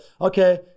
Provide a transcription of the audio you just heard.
Okay